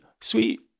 sweet